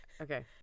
Okay